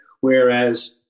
Whereas